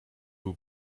był